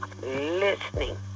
Listening